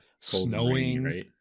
snowing